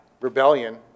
rebellion